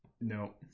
No